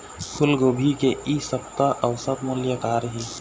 फूलगोभी के इ सप्ता औसत मूल्य का रही?